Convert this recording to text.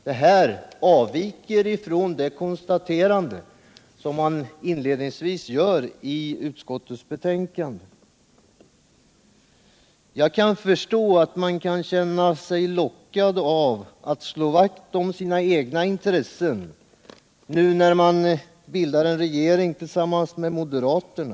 Detta avviker från det konstaterande som utskottet gör inledningsvis i sitt betänkande. Jag kan förstå att man kan känna sig lockad av att slå vakt om sina egna intressen, nu när man bildar regering tillsammans med moderaterna.